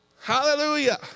Hallelujah